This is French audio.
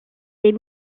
des